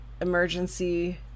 emergency